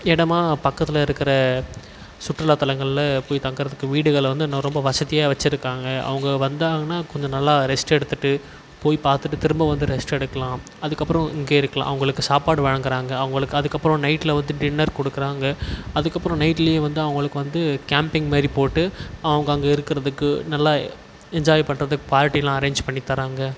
இடமா பக்கத்தில் இருக்கிற சுற்றுலா தளங்களில் போய் தங்குகிறதுக்கு வீடுகளில் வந்து இன்னும் ரொம்ப வசதியாக வச்சிருக்காங்க அவங்க வந்தாங்கன்னால் கொஞ்சம் நல்லா ரெஸ்ட் எடுத்துவிட்டு போய் பார்த்துட்டு திரும்ப வந்து ரெஸ்ட் எடுக்கலாம் அதுக்கப்புறம் இங்கேயே இருக்கலாம் அவங்களுக்கு சாப்பாடு வழங்குகிறாங்க அவங்களுக்கு அதுக்கப்புறம் நைட்டில் வந்து டின்னர் கொடுக்குறாங்க அதுக்கப்புறம் நைட்டுலேயே வந்து அவங்களுக்கு வந்து கேம்ப்பிங் மாதிரி போட்டு அவங்க அங்கே இருக்கிறதுக்கு நல்லா என்ஜாய் பண்ணுறதுக்கு பார்ட்டியெலாம் அரேஞ்சு பண்ணி தர்றாங்க